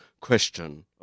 question